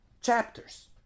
chapters